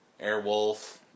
Airwolf